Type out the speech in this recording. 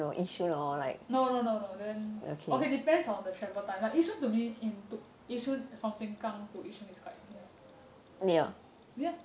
no no no no then okay depends on the travel time lah yishun to me it took yishun from sengkang to yishun is quite near ya